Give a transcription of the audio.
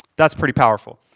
that's pretty powerful.